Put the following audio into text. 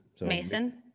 Mason